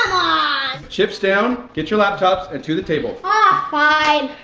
ah chips down, get your laptops, and to the table. ah fine.